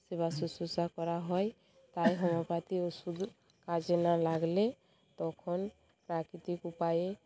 সেবা শুশ্রূষা করা হয় তাই হোমিওপ্যাথি ওষুধ কাজে না লাগলে তখন প্রাকৃতিক উপায়ে